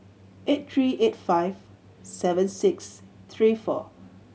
eight three eight five seven six three four